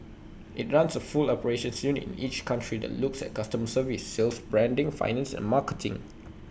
IT runs A full operations unit in each country that looks at customer service sales branding finance and marketing